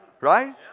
right